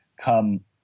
come